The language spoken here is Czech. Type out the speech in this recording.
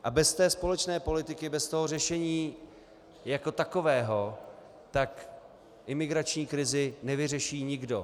A bez společné politiky, bez řešení jako takového imigrační krizi nevyřeší nikdo.